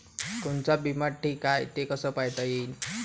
कोनचा बिमा ठीक हाय, हे कस पायता येईन?